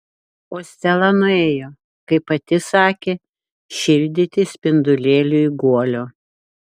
o stela nuėjo kaip pati sakė šildyti spindulėliui guolio